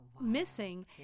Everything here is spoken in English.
missing